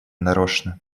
нарочно